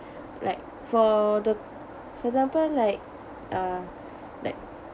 like for the for example like uh like